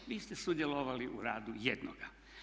Vi ste sudjelovali u radu jednoga.